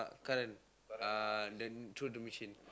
current uh the through the machine